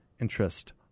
interest